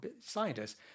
scientists